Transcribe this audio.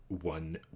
one